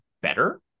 better